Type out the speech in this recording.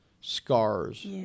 scars